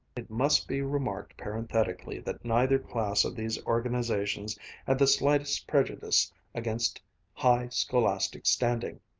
it must be remarked parenthetically that neither class of these organizations had the slightest prejudice against high scholastic standing.